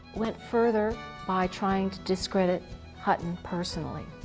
went further by trying to discredit hutton personally.